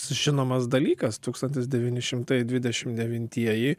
žinomas dalykas tūkstantis devyni šimtai dvidešimt devintieji